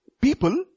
people